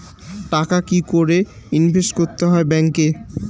টাকা কি করে ইনভেস্ট করতে হয় ব্যাংক এ?